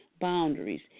boundaries